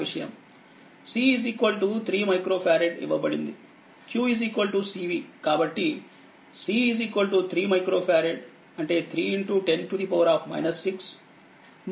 c3 micro ఫారడ్ఇవ్వబడిందిq cv కాబట్టి c 3 micro ఫారెడ్అంటే 3 10 6